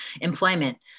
employment